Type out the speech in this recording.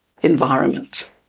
environment